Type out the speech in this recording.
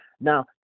Now